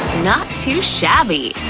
not too shabby!